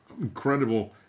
incredible